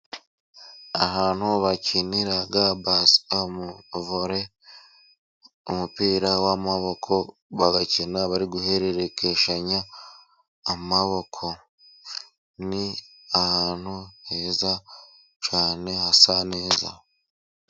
Ahantu bakinira basiketiboro umupira w'amaboko bagakina bari guherekenya amaboko. Ni ahantu heza cyane hasa neza.